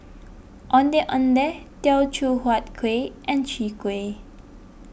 Ondeh Ondeh Teochew Huat Kuih and Chwee Kueh